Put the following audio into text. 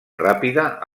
ràpida